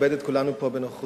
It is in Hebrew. המכבד את כולנו פה בנוכחותו.